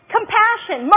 Compassion